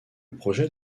projet